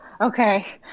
okay